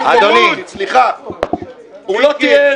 מיקי, זה לא יכול לעבור.